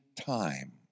time